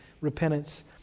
repentance